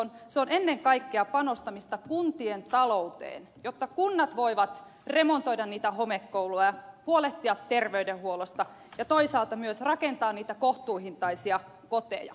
se on ennen kaikkea panostamista kuntien talouteen jotta kunnat voivat remontoida niitä homekouluja huolehtia terveydenhuollosta ja toisaalta myös rakentaa niitä kohtuuhintaisia koteja